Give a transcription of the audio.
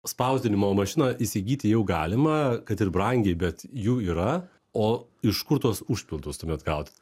spausdinimo mašiną įsigyti jau galima kad ir brangiai bet jų yra o iš kur tuos užpildus tuomet gaut